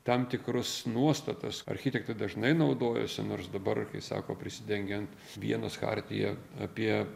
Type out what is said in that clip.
tam tikrus nuostatas architektai dažnai naudojosi nors dabar kai sako prisidengiant vienos chartija apie